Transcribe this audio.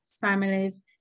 families